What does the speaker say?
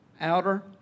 outer